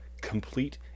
complete